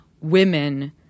women